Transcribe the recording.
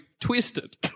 Twisted